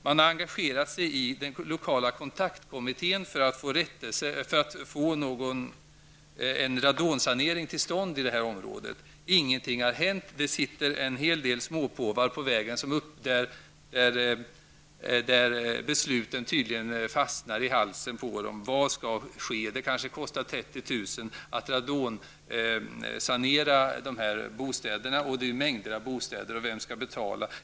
Man har engagerat sig i den lokala kontaktkommittén för att få till stånd en radonsanering, men ingenting har hänt. Det sitter en hel del småpåvar i vägen, och på dem fastnar tydligen besluten i halsen. Vad kommer att ske? Det kostar kanske 30 000 kr. att radonsanera bostäderna, och det finns en stor mängd av dem. Vem skall betala?